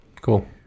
Cool